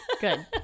Good